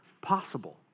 possible